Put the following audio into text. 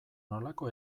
nolako